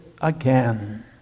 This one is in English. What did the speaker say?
again